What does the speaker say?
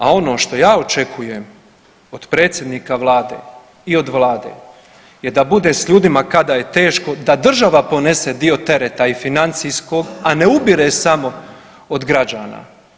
A ono što ja očekujem od predsjednika Vlade i od Vlade je da bude s ljudima kada je teško da država ponese dio tereta i financijskog, a ne ubire samo od građana.